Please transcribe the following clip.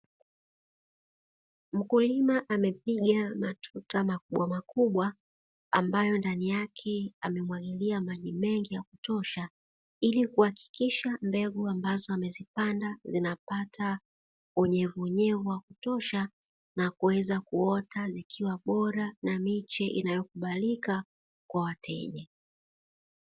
Mkulima amepiga matuta makubwamakubwa, ambayo ndani yake amemwagilia maji mengi ya kutosha, ili kuhakikisha mbegu ambazo amezipanda zinapata unyevuunyevu wa kutosha na kuweza kuota zikiwa bora na miche inayokubalika kwa wateja.